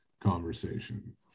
conversation